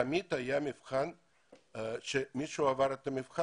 תמיד היה מבחן ומי שעבר את המבחן,